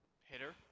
hitter